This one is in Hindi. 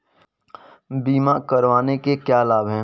बीमा करवाने के क्या क्या लाभ हैं?